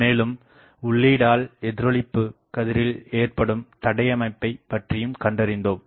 மேலும் உள்ளீடால் எதிரொளிப்பு கதிரில் ஏற்படும் தடைஅமைப்பை பற்றியும் கண்டறிந்தோம்